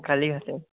কালীঘাটে